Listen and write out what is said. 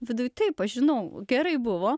viduj taip aš žinau gerai buvo